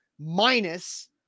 minus